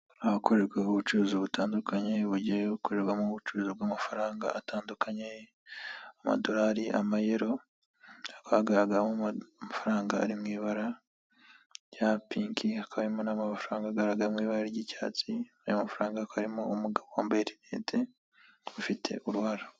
Ahakorerwa ubucuruzi butandukanye bugiye bukorerwamo ubucuruzi bw'amafaranga atandukanye amadorari, amayero hakaba hagaragaramo amafaranga ari mu ibara rya pinki, hakaba harimo n'amafaranga agaragara mu ibara ry'icyatsi, ayo mafaranga akaba arimo umugabo wambaye rinete ufite uruhara.